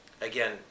again